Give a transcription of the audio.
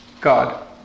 God